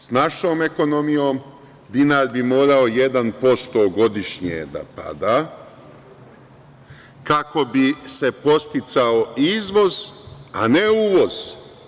S našom ekonomijom, dinar bi morao 1% godišnje da pada, kako bi se podsticao izvoz, a ne uvoz.